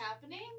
happening